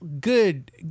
good